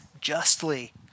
justly